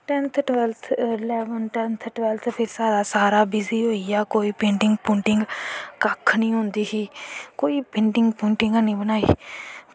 tenth twelfth फिर सारा busy होई गेआ कोई पेंटिंग पूंटिंग कक्ख नी होंदी ही कोई पेंटिंग पूंटिंग हैनी बनाई